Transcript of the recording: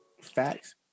facts